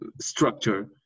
structure